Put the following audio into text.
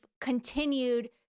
continued